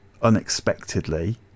unexpectedly